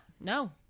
no